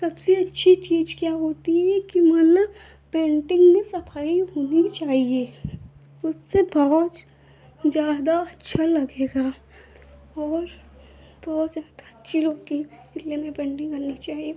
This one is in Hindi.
सबसे अच्छी चीज़ क्या होती है कि मतलब पेन्टिन्ग में सफ़ाई होनी चाहिए उससे बहुत ज़्यादा अच्छा लगेगा और बहुत ज़्यादा अच्छी लगती इसलिए हमें पेन्टिन्ग करनी चाहिए